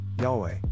Yahweh